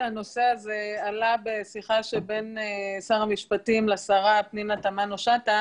שהנושא הזה עלה בשיחה שבין שר המשפטים לשרה פנינה תמנו שטה